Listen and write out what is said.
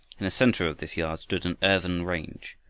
in the center of this yard stood an earthen range,